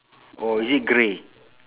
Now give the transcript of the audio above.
or is it grey